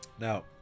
Now